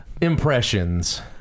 impressions